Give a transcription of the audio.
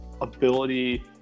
ability